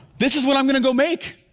this is what i'm gonna go make.